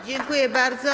Dziękuję bardzo.